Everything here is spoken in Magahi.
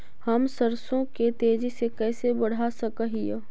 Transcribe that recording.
हम सरसों के तेजी से कैसे बढ़ा सक हिय?